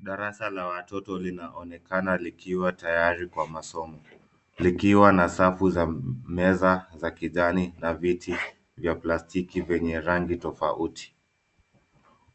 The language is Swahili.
Darasa la watoto linaonekana likiwa tayari kwa masomo, likiwa na safu za meza za kijani na viti vya plastiki vyenye rangi tofauti.